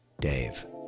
dave